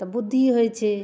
तऽ बुद्धि होइ छै